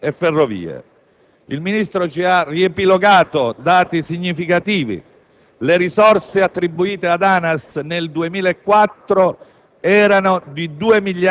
evidenziare una tabella che il Ministro ci ha presentato in Commissione, sintomatica delle affermazioni che ho appena fatto